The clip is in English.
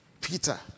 Peter